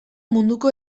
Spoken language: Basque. munduko